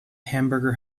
hamburger